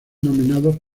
nominados